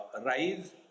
rise